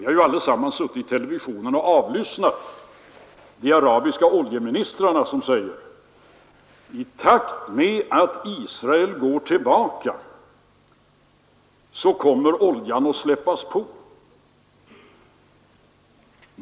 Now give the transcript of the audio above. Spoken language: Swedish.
Vi har ju allesammans suttit vid TV-apparaterna och avlyssnat de arabiska oljeministrarna, som säger att i takt med att Israel går tillbaka från de ockuperade områdena kommer oljan att släppas på.